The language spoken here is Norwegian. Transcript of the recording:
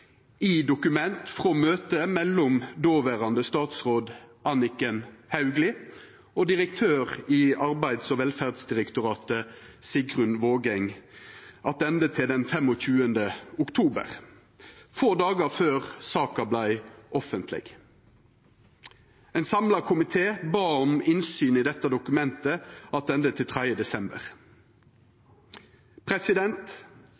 i eit dokument frå møtet mellom dåverande statsråd Anniken Hauglie og direktør i Arbeids- og velferdsdirektoratet, Sigrun Vågeng, den 25. oktober 2019, få dagar før saka vart offentleg. Ein samla komité bad om innsyn i dette dokumentet, attende til 3. desember